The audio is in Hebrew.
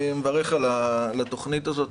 אני מברך על התוכנית הזאת,